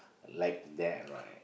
like that right